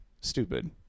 stupid